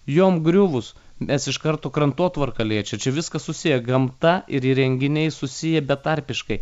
jom griuvus mes iš karto krantotvarką liečia čia viskas susiję gamta ir įrenginiai susiję betarpiškai